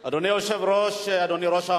בעד, 13